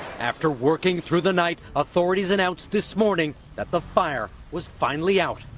after working through the night, authorities announced this morning that the fire was finally out.